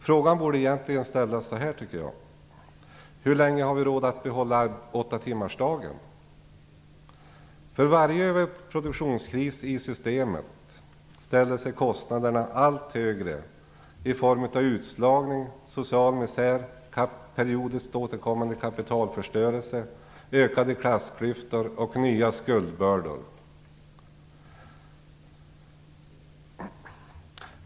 Frågan borde egentligen ställas så här: Hur länge har vi råd att behålla åttatimmarsdagen? För varje överproduktionskris i systemet ställer sig kostnaderna allt högre i form av utslagning, social misär, periodiskt återkommande kapitalförstörelse, ökade klassklyftor och nya skuldbördor.